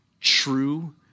true